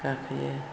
गाखोयो